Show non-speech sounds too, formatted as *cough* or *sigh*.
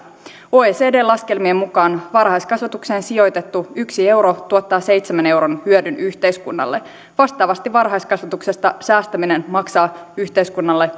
oecdn laskelmien mukaan varhaiskasvatukseen sijoitettu yksi euro tuottaa seitsemän euron hyödyn yhteiskunnalle vastaavasti varhaiskasvatuksesta säästäminen maksaa yhteiskunnalle *unintelligible*